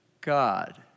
God